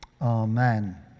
Amen